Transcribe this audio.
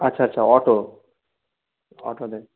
আচ্ছা আচ্ছা অটো অটোতে